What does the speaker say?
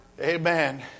Amen